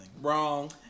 Wrong